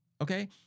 Okay